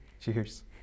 Cheers